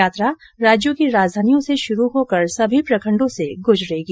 यात्रा राज्यों की राजघानियों से शुरू होकर सभी प्रखंडों से गुजरेगी